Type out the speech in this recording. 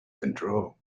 control